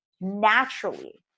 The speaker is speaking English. naturally